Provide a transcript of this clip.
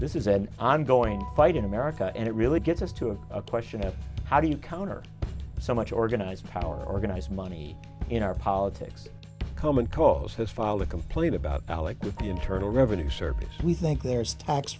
this is an ongoing fight in america and it really gets us to a question of how do you counter so much organized power organize money in our politics common cause has filed a complaint about alec with the internal revenue service we think there is tax